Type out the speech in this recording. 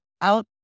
out